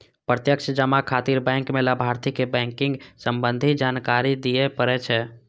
प्रत्यक्ष जमा खातिर बैंक कें लाभार्थी के बैंकिंग संबंधी जानकारी दियै पड़ै छै